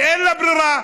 כי אין לה ברירה,